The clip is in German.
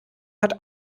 hat